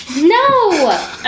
No